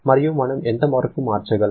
మరియు మనం ఎంత వరకు మార్చగలము